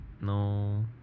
No